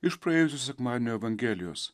iš praėjusio sekmadienio evangelijos